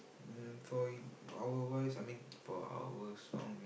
mm for you our voice I mean for our song